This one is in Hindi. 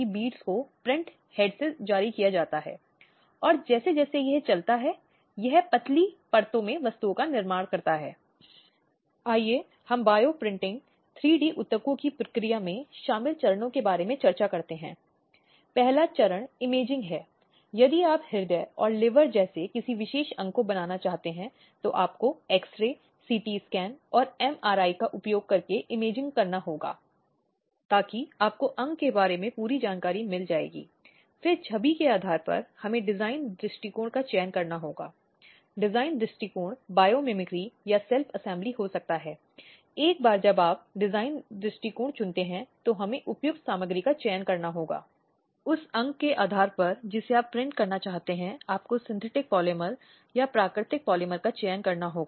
यह एक व्यापक शब्द है जिसमें बाल शोषण पति या पत्नी का शोषण भाई बहन का दुर्व्यवहार बड़े दुर्व्यवहार आदि शामिल हैं इसलिए जब हम घरेलू बात करते हैं तो यह परिवार के भीतर होता है इसका मतलब ऐसे सभी सदस्यों से हो सकता है या इसके अर्थ में लाया जा सकता है ऐसे सभी सदस्य या व्यक्ति परिवार के भीतर इसलिए शायद यह भाई और बहन यह शायद पति और पत्नी शायद यह माता पिता और बच्चे यह शायद आप बुजुर्ग दुर्व्यवहार बुजुर्ग दादा दादी आदि को जानते हैं जो परिवार में रह रहे हैं